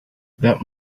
that